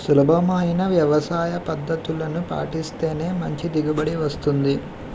సులభమైన వ్యవసాయపద్దతుల్ని పాటిస్తేనే మంచి దిగుబడి వస్తుంది